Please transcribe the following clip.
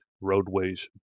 roadways